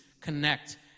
connect